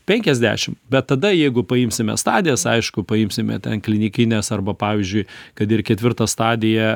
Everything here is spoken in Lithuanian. penkiasdešim bet tada jeigu paimsime stadijas aišku paimsime ten klinikinės arba pavyzdžiui kad ir ketvirta stadija